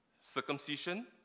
Circumcision